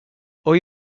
hoy